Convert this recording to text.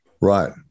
Right